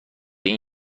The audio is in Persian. این